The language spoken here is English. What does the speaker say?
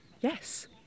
Yes